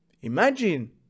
Imagine